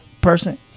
person